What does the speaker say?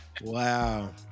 Wow